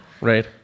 Right